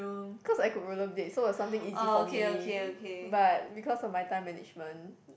cause I could roller blade so it was something easy for me but because of my time management